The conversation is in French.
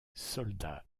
soldats